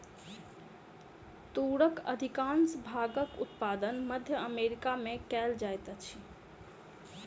तूरक अधिकाँश भागक उत्पादन मध्य अमेरिका में कयल जाइत अछि